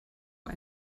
war